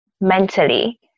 mentally